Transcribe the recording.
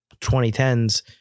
2010s